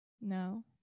No